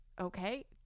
okay